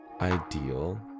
ideal